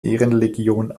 ehrenlegion